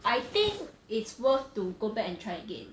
I think it's worth to go back and try again